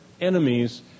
enemies